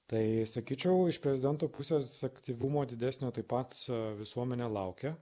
tai sakyčiau iš prezidento pusės aktyvumo didesnio taip pat visuomenė laukia